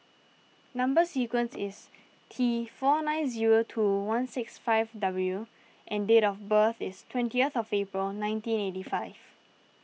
Number Sequence is T four nine zero two one six five W and date of birth is twentieth April nineteen eighty five